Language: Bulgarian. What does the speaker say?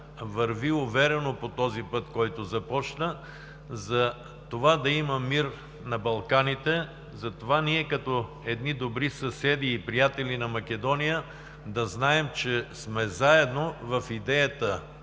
върви уверено по пътя, който започна – за това да има мир на Балканите, за това ние като едни добри съседи и приятели на Македония да знаем, че сме заедно в идеята,